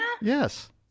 Yes